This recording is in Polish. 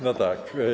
No tak.